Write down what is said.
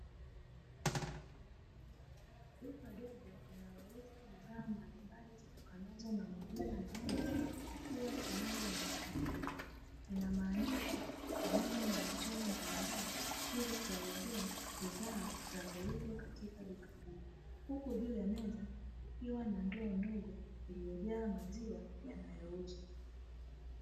Duka dogo linalouza bidhaa mbalimbali zitokanazo na maziwa ya ng'ombe, likiwa tayari limefunguliwa lina maandishi pamoja na michoro mbalimbali ili kuelezea bidhaa zinazouzwa katika duka hilo, huku juu ya meza kukiwa na ndoo ndogo iliyojaa maziwa yanayouzwa.